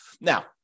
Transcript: Now